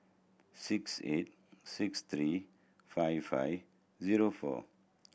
six eight six three five five zero four